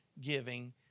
giving